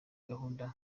gahunda